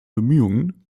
bemühungen